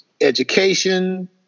education